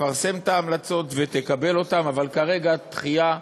תפרסם את ההמלצות ותקבל אותן, אבל כרגע דחייה,